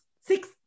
six